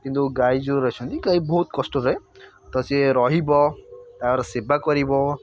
କିନ୍ତୁ ଗାଈ ଯେଉଁ ଅଛନ୍ତି ଗାଈ ବହୁତ କଷ୍ଟଦାୟକ ତ ସିଏ ରହିବ ତା'ର ସେବା କରିବ